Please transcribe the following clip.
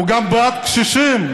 הוא גם בעד קשישים.